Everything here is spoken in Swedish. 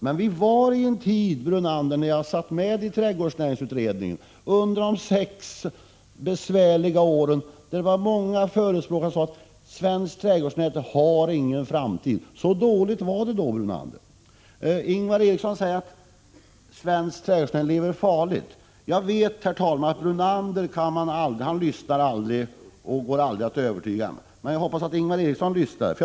Men, Lennart Brunander, jag satt med i trädgårdsnäringsutredningen under de sex besvärliga åren, då många förespråkare sade: Svensk trädgårdsnäring har ingen framtid. Så dåligt var det då, Lennart Brunander! Ingvar Eriksson säger att svensk trädgårdsnäring lever farligt. Herr talman! Jag vet att Lennart Brunander aldrig lyssnar och aldrig går att övertyga, men jag hoppas att Ingvar Eriksson lyssnar nu.